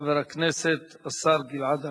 חבר הכנסת השר גלעד ארדן.